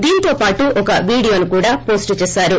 దీంతో పాటు ఓ వీడియోను కూడా పోస్టు చేశారు